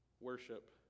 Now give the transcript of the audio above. worship